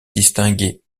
distinguée